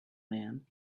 man